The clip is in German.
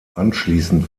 anschließend